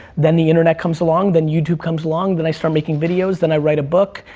then the internet comes along, then youtube comes along, then i start making videos, then i write a book,